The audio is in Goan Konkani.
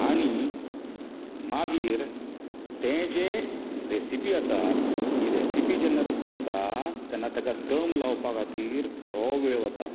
आनी मागीर तें जें रेसिपी आसा ही रेसिपी जेन्ना तूं करता तेन्ना ताका दम लावपा खातीर बरो वेळ वता